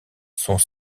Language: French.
sont